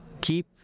keep